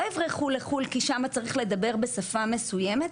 לא יברחו לחו"ל כי שם צריך לדבר בשפה מסוימת,